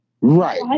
Right